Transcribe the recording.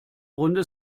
runde